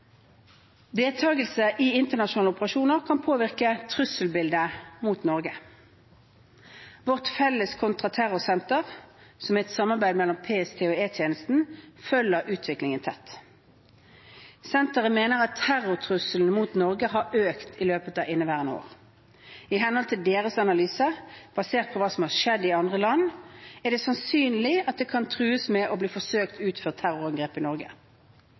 Deltakelse i internasjonale operasjoner kan påvirke trusselbildet mot Norge. Vårt Felles kontraterrorsenter, som er et samarbeid mellom PST og E-tjenesten, følger utviklingen tett. Senteret mener at terrortrusselen mot Norge har økt i løpet av inneværende år. I henhold til deres analyse basert på hva som har skjedd i andre land, er det sannsynlig at det kan trues med og bli forsøkt utført terrorangrep i Norge.